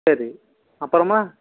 சரி அப்புறம்மா